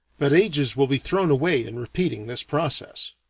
but ages will be thrown away in repeating this process.